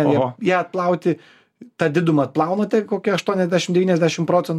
ją atplauti tą didumą atplaunate kokia aštuoniasdešim devyniasdešim procentų bet